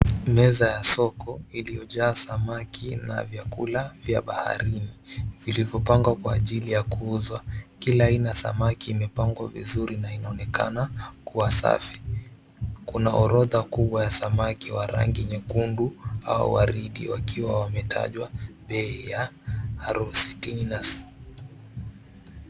Meza ya soko iliyojaa samaki na vyakula vya bahari vilivyopangwa kwa ajili ya kuuzwa. Kila aina ya samaki imepangwa vizuri na inaonekana kua safi. Kuna orodha kubwa ya samaki wa rangi nyekundu au waridi wakiwa wametajwa bei ya arostininas.